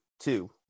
two